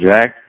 Jack